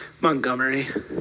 Montgomery